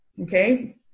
okay